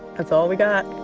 that's all we got